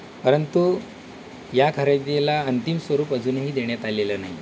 परंतु या खरेदीला अंंतिम स्वरूप अजूनही देण्यात आलेलं नाही